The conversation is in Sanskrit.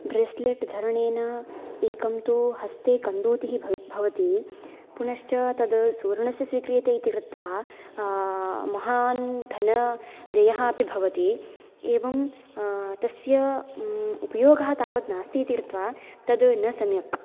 ब्रेस्लेट् धारणेन एकं तु हस्ते कण्डूतिः भवति पुनश्च तत् सुवर्णस्य स्वीक्रियते इति कृत्वा महान् धनव्ययः अपि भवति एवं तस्य उपयोगः नास्ति इति कृत्वा तत् न सम्यक्